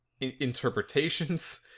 interpretations